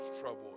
trouble